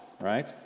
right